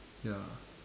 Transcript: ya